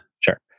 Sure